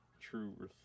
true